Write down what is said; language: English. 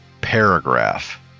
paragraph